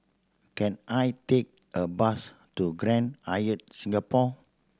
can I take a bus to Grand Hyatt Singapore